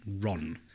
Run